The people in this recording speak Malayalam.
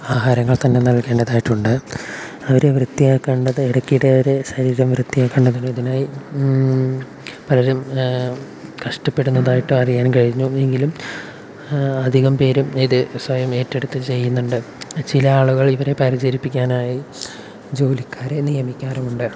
ആഹാരങ്ങൾ തന്നെ നൽകേണ്ടതായിട്ടുണ്ട് അവരെ വൃത്തിയാക്കേണ്ടത് ഇടയ്ക്കിടെ അവരെ ശരീരം വൃത്തിയാക്കേണ്ടതുണ്ട് അതിനായി പലരും കഷ്ട്ടപ്പെടുന്നതായിട്ട് അറിയാനും കഴിഞ്ഞു എങ്കിലും അധികം പേരും ഇത് സ്വയം ഏറ്റെടുത്ത് ചെയ്യുന്നുണ്ട് ചില ആളുകൾ ഇവരെ പരിചരിപ്പിക്കാനായി ജോലിക്കാരെ നിയമിക്കാറുണ്ട്